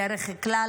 בדרך כלל,